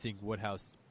woodhouse